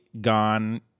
gone